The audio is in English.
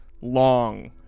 long